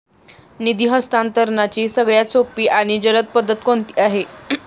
निधी हस्तांतरणाची सगळ्यात सोपी आणि जलद पद्धत कोणती आहे?